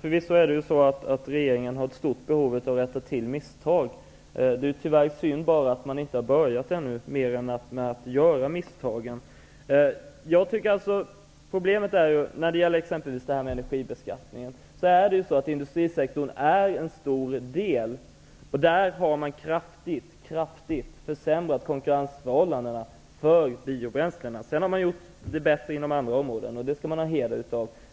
Förvisso är det så att regeringen har ett stort behov av att rätta till misstag. Det är tyvärr bara synd att regeringen ännu inte har börjat göra det utan bara har hunnit göra misstagen. Problemet när det gäller t.ex. energibeskattningen är att industrisektorn är en stor del. Och där har man kraftigt försämrat konkurrensförhållandena för biobränslena. Sedan har man gjort det bättre inom andra områden, och det skall man ha heder av.